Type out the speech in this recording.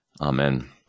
Amen